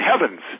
heavens